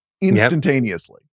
instantaneously